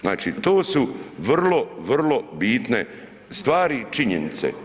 Znači, to su vrlo, vrlo bitne stvari i činjenice.